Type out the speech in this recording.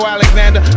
Alexander